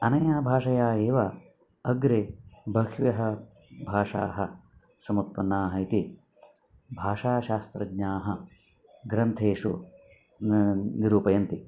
अनया भाषया एव अग्रे बह्व्यः भाषाः समुत्पन्नाः इति भाषाशास्त्रज्ञाः ग्रन्थेषु न निरूपयन्ति